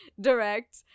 direct